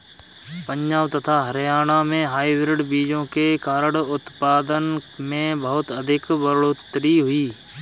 पंजाब तथा हरियाणा में हाइब्रिड बीजों के कारण उत्पादन में बहुत अधिक बढ़ोतरी हुई